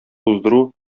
уздыру